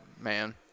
Man